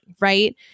Right